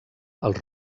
els